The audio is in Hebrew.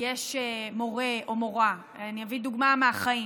יש מורה או מורה, אני אביא דוגמה מהחיים: